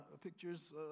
Pictures